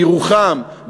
בירוחם,